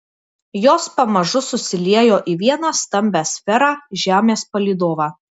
jos pamažu susiliejo į vieną stambią sferą žemės palydovą